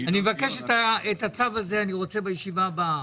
אני מבקש שתביאו את הצו הזה בישיבה הבאה.